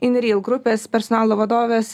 inreal grupės personalo vadovės